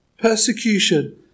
persecution